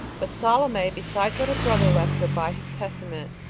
but salome, besides what her brother left her by his testament,